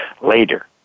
later